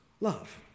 love